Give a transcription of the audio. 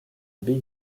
big